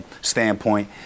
standpoint